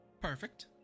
Perfect